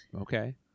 Okay